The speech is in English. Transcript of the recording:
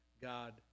God